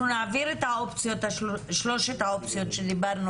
אנחנו נעביר את שלושת האופציות שדיברנו